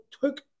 took